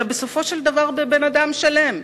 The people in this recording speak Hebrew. אלא בסופו של דבר בבן-אדם שלם,